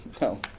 No